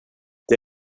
det